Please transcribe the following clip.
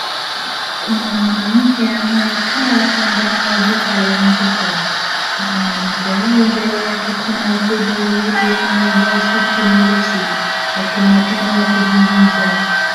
Kuna mwanamke anayekaa kwa ndani ya duka la M-pesa, mwanamke huyu mbele yake kuna wateja wawili wanaovaa suti meusi, wakionekana wakizungumza.